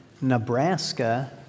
Nebraska